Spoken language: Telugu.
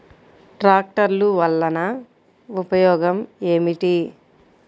ట్రాక్టర్లు వల్లన ఉపయోగం ఏమిటీ?